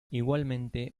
igualmente